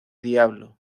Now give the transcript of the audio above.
diablo